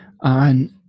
on